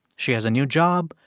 she has a new job,